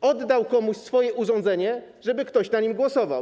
oddał komuś swoje urządzenie, żeby ktoś na nim głosował.